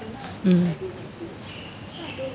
mm